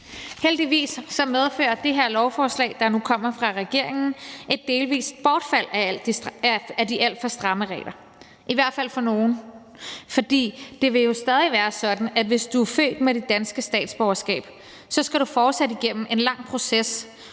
Heldigvis medfører det her lovforslag, der nu kommer fra regeringen, et delvist bortfald af de alt for stramme regler, i hvert fald for nogle, for det vil stadig være sådan, at hvis du er født med dit danske statsborgerskab, skal du fortsat igennem en lang proces